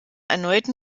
erneuten